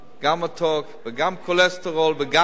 גם מתוק וגם כולסטרול וגם